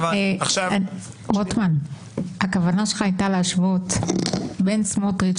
הכוונה שלך הייתה להשוות בין סמוטריץ',